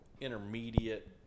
intermediate